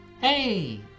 Hey